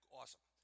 awesome